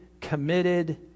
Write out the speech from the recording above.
committed